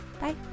bye